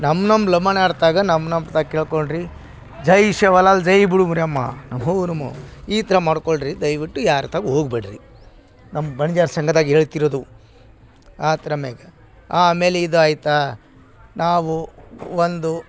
ನಮ್ಮ ನಮ್ಮ ಲಂಬಾಣ್ಯಾರು ತಾಗ ನಮ್ಮ ನಮ್ಮ ಅವ್ರ ತಾಗ ಕೇಳ್ಕೊಳ್ರೀ ಜೈ ಸೇವಲಾಲ್ ಜೈ ಬುರುಬುರಿ ಅಮ್ಮ ನಮೋ ನಮೋ ಈ ತರ ಮಾಡ್ಕೊಳ್ರೀ ದಯವಿಟ್ಟು ಯಾರ್ತಾಗು ಹೋಗ್ಬೇಡ್ರಿ ನಮ್ಮ ಬಣ್ಜೇರ್ ಸಂಘದಾಗ್ ಹೇಳ್ತಿರೋದು ಆ ಥರ ಮೇಲೆ ಆಮೇಲೆ ಇದು ಆಯ್ತಾ ನಾವು ಒಂದು